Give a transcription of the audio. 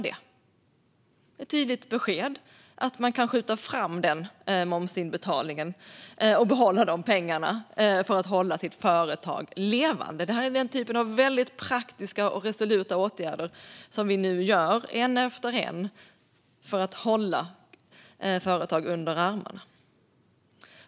Det är ett tydligt besked att man kan skjuta fram momsinbetalningen och behålla pengarna för att hålla sitt företag levande. Det är den typen av väldigt praktiska och resoluta åtgärder som vi nu genomför, en efter en, för att hålla företag under armarna.